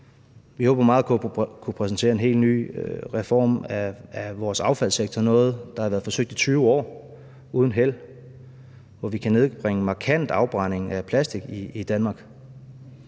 Vi håber meget på at kunne præsentere en helt ny reform af vores affaldssektor – noget, der har været forsøgt i 20 år uden held – hvor vi markant kan nedbringe afbrændingen af plastik i Danmark,